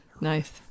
Nice